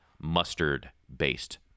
mustard-based